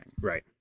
right